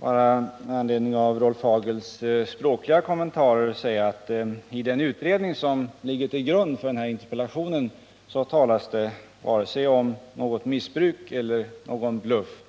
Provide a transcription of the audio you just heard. med anledning av Rolf Hagels språkliga kommentarer säga att det i den utredning som ligger till grund för interpellationen inte talas vare sig om något missbruk eller om någon bluff.